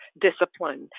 discipline